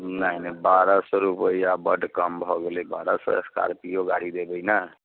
नहि नहि बारह सए रूपैआ बड कम भऽ गेलै बारह सए स्कार्पियो गाड़ी लेबै ने